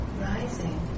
rising